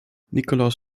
nikolaus